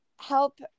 help